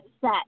set